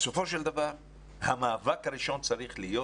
בסופו של דבר המאבק הראשון צריך להיות